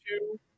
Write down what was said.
two